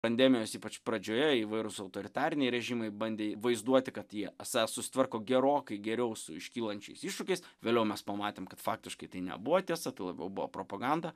pandemijos ypač pradžioje įvairūs autoritariniai režimai bandė vaizduoti kad jie esą susitvarko gerokai geriau su iškylančiais iššūkiais vėliau mes pamatėm kad faktiškai tai nebuvo tiesa tuo labiau buvo propaganda